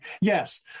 yes